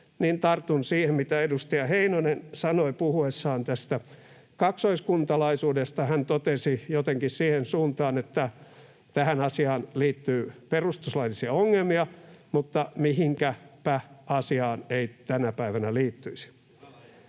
tartun siihen, mitä edustaja Heinonen sanoi puhuessaan tästä kaksoiskuntalaisuudesta. Hän totesi jotenkin siihen suuntaan, että tähän asiaan liittyy perustuslaillisia ongelmia, mutta mihinkäpä asiaan ei tänä päivänä liittyisi.